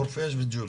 חורפיש וג'וליס.